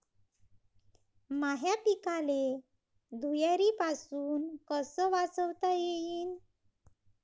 माह्या पिकाले धुयारीपासुन कस वाचवता येईन?